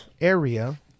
area